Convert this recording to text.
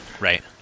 Right